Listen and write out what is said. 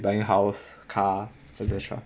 buying house car et cetera